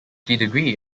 degree